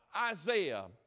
Isaiah